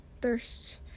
thirst